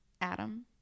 Adam